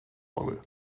orgel